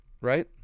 right